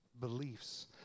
beliefs